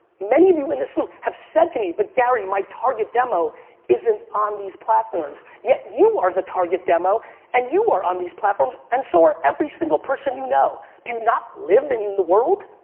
many of you in this room have said to me but gary my target demo isn't on these platforms yet you are the target demo and you are on these platforms and so are every single person you know. do you not live in the world?